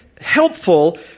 helpful